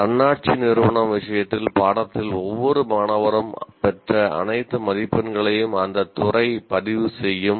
தன்னாட்சி நிறுவனம் விஷயத்தில் பாடத்தில் ஒவ்வொரு மாணவரும் பெற்ற அனைத்து மதிப்பெண்களையும் அந்த துறை பதிவு செய்யும்